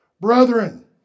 brethren